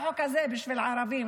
החוק הזה הוא בשביל ערבים,